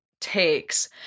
takes